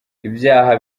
ibyaha